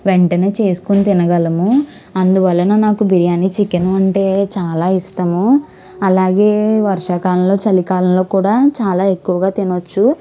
వెంటనే చేసుకొని తినగలము అందువలన నాకు బిర్యాని చికెను అంటే చాలా ఇష్టము అలాగే వర్షాకాలంలో చలికాలంలో కూడా చాలా ఎక్కువగా తినవచ్చు